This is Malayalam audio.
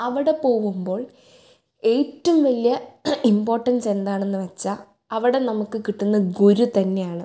അവടെ പോകുമ്പോൾ ഏറ്റവും വലിയ ഇമ്പോർട്ടൻസ് എന്താണെന്ന് വെച്ചാൽ അവിടെ നമുക്ക് കിട്ടുന്ന ഗുരു തന്നെയാണ്